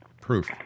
proof